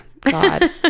god